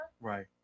Right